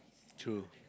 true